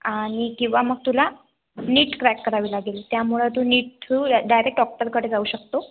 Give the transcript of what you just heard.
आणि किंवा मग तुला नीट क्रॅक करावी लागेल त्यामुळं तू नीट थ्रू डायरेक्ट डॉक्टरकडे जाऊ शकतो